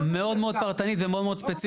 יש פה נקודה מאוד מאוד פרטנית ומאוד מאוד ספציפית.